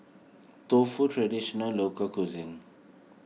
Tofu Traditional Local Cuisine